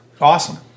Awesome